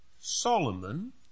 Solomon